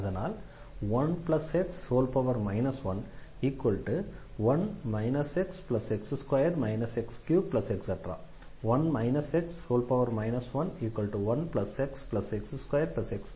அதனால் 1x 11 xx2 x3⋯ 1 x 11xx2x3⋯